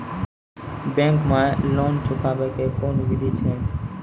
Bank माई loan चुकाबे के कोन बिधि छै?